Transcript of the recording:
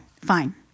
fine